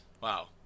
Wow